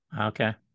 Okay